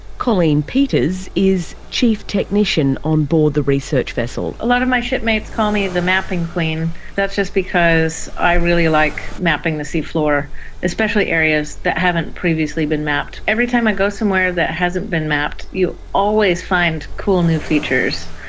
colleen peters is chief technician on board the research vessel. a lot of my shipmates call me the mapping queen, and that's just because i really like mapping the seafloor, especially areas that haven't previously been mapped. every time i go somewhere that hasn't been mapped, you always find cool new features.